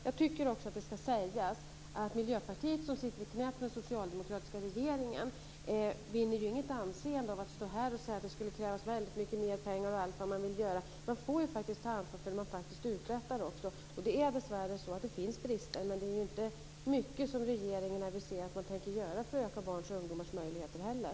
Jag tycker också att det ska sägas att Miljöpartiet, som sitter i knät på den socialdemokratiska regeringen, vinner ju inget anseende av att stå här och säga att det borde krävas väldigt mycket mer pengar och tala om allt vad man vill göra. Man får ju ta ansvar för vad man faktiskt uträttar, och dessvärre finns det brister. Men det är ju inte heller mycket som regeringen aviserar att man tänker göra för att öka barns och ungdomars möjligheter.